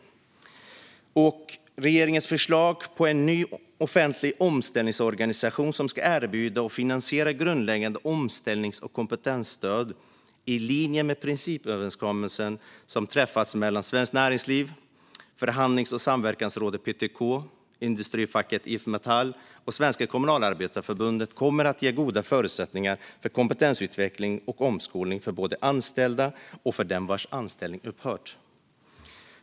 Regeringens förslag på en ny offentlig omställningsorganisation som ska erbjuda och finansiera grundläggande omställnings och kompetensstöd i linje med principöverenskommelsen som träffats mellan Svenskt Näringsliv, förhandlings och samverkansrådet PTK, IF Metall och Svenska Kommunalarbetareförbundet kommer att ge goda förutsättningar för kompetensutveckling och omskolning för både anställda och för dem vars anställning upphört.